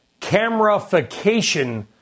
camerafication